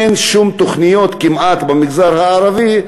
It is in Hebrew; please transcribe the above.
אין כמעט שום תוכניות במגזר הערבי,